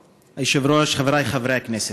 היושב-ראש, חבריי חברי הכנסת,